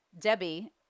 Debbie